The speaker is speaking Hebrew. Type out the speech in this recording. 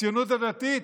הציונות הדתית?